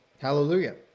Hallelujah